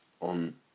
on